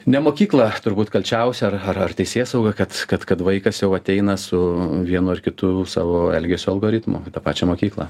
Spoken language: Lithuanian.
ne mokykla turbūt kalčiausia ar ar ar teisėsauga kad kad kad vaikas jau ateina su vienu ar kitu savo elgesio algoritmu į tą pačią mokyklą